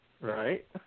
Right